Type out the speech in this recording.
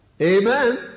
Amen